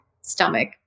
stomach